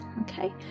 okay